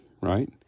right